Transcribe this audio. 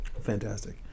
Fantastic